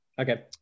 Okay